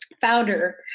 founder